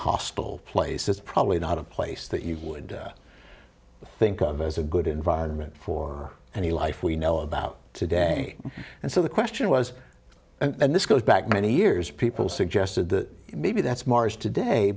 hostile place is probably not a place that you would think of as a good environment for any life we know about today and so the question was and this goes back many years people suggested that maybe that's mars today